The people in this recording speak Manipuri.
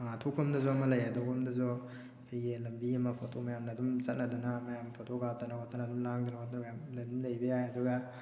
ꯑꯊꯣꯛꯄꯝꯗꯁꯨ ꯑꯃ ꯂꯩ ꯑꯊꯣꯛꯄꯝꯗꯁꯨ ꯑꯩꯈꯣꯏꯒꯤ ꯂꯝꯕꯤ ꯑꯃ ꯐꯣꯇꯣ ꯃꯌꯥꯝꯅ ꯑꯗꯨꯝ ꯆꯠꯅꯗꯅ ꯃꯌꯥꯝ ꯐꯣꯇꯣ ꯀꯥꯞꯇꯅ ꯈꯣꯠꯇꯅ ꯑꯗꯨꯝ ꯂꯥꯡꯗꯅ ꯈꯣꯠꯇꯅ ꯃꯌꯥꯝꯅ ꯑꯗꯨꯝ ꯂꯩꯕ ꯌꯥꯏ ꯑꯗꯨꯒ